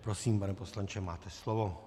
Prosím, pane poslanče, máte slovo.